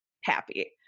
happy